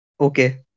Okay